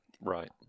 right